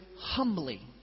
humbly